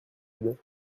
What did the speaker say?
aide